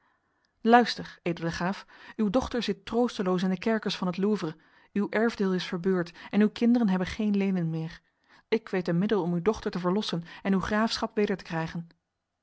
luister edele graaf uw dochter zit troosteloos in de kerkers van het louvre uw erfdeel is verbeurd en uw kinderen hebben geen lenen meer ik weet een middel om uw dochter te verlossen en uw graafschap weder te krijgen